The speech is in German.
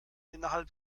innerhalb